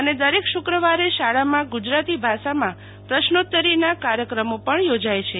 અને દરેક શુક્રવારે શાળામાં ગુજરાતી ભાષામાં પ્રશ્નોતરીના કાર્યક્રમો પણ યોજાય છે